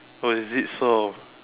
oh is it so